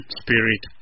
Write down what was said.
spirit